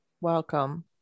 Welcome